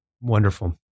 Wonderful